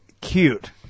cute